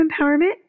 empowerment